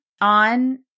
on